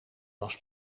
was